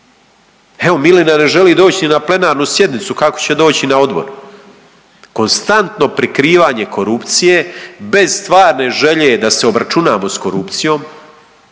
Evo Milina ne želi doći ni na plenarnu sjednicu kako će doći na odbor. Konstantno prikrivanje korupcije bez stvarne želje da se obračunamo s korupcijom,